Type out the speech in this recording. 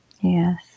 Yes